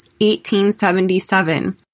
1877